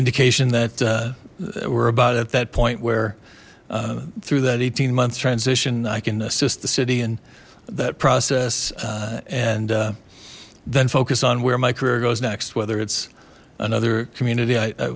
indication that we're about at that point where through that eighteen month transition i can assist the city in that process and then focus on where my career goes next whether it's another community i